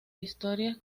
historias